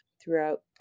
throughout